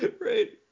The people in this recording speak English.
Right